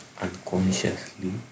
unconsciously